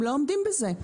הם לא עומדים בזה.